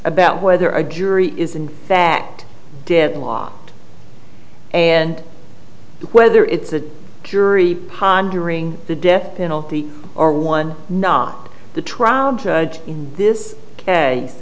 about whether a jury is in fact dead law and whether it's a jury hon during the death penalty or one not the trial judge in this case